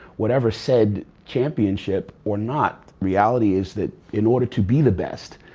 whatever said championship or not, reality is that in order to be the best,